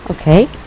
Okay